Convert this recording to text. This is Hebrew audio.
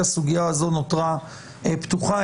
הסוגיה הזאת נותרה פתוחה.